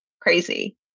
crazy